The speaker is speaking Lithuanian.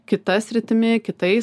kita sritimi kitais